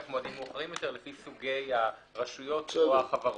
מועדים מאוחרים יותר לפי סוגי הרשויות או החברות.